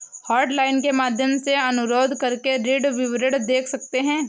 hotline के माध्यम से अनुरोध करके ऋण विवरण देख सकते है